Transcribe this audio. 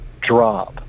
drop